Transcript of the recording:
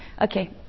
Okay